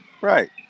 Right